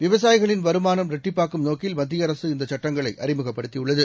விவசாயிகளின் வருமானம் இரட்டிப்பாக்கும் நோக்கில் மத்தியஅரசு இந்தசட்டங்களை அறிமுகப்படுத்தியுள்ளது